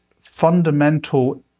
fundamental